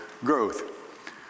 growth